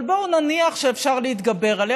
אבל בואו נניח שאפשר להתגבר עליה,